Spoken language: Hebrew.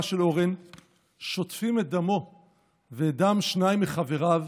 של אורן שוטפים את דמו ואת דם שניים מחבריו